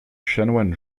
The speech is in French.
chanoine